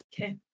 Okay